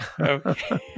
Okay